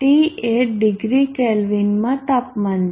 T એ degree કેલ્વિનમાં તાપમાન છે